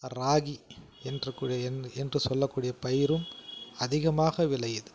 ராகி என்ற கூடிய என்று சொல்லக்கூடிய பயிரும் அதிகமாக விளையுது